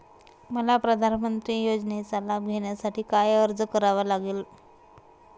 मला प्रधानमंत्री योजनेचा लाभ घेण्यासाठी काय अर्ज करावा लागेल?